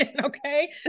okay